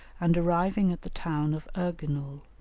and arriving at the town of erginul.